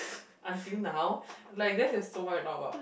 until now like you guys have so much to talk about